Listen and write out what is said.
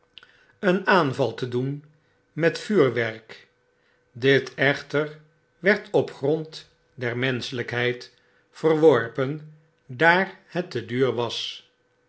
een aanval te doen met vuurwerk dit echter werd op grond der menschelykheid verworpen daar het te duur was